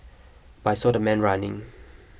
but I saw the man running